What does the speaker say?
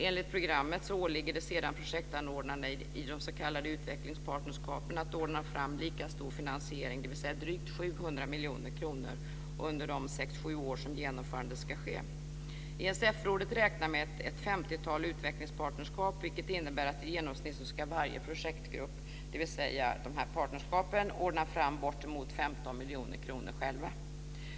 Enligt programmet åligger det sedan projektanordnarna i de s.k. utvecklingspartnerskapen att ordna fram lika stor finansiering, dvs. drygt 700 miljoner kronor under de sex sju år genomförandet ska ske. ESF-rådet räknar med ett femtiotal utvecklingspartnerskap, vilket innebär att varje projektgrupp, dvs. dessa utvecklingspartnerskap, i genomsnitt ska ordna fram bortemot 15 miljoner kronor själv.